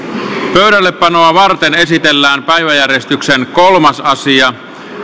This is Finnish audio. pöydällepanoa varten esitellään päiväjärjestyksen kolmas asia